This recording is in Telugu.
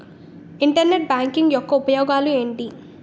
ఇంటర్నెట్ బ్యాంకింగ్ యెక్క ఉపయోగాలు ఎంటి?